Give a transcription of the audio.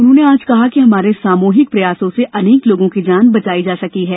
उन्होंने कहा कि हमारे सामूहिक प्रयासों से अनेक लोगों की जान बचाई जा सकी है